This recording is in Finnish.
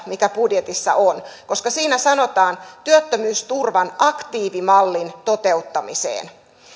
mikä budjetissa on koska siinä sanotaan työttömyysturvan aktiivimallin toteuttamiseen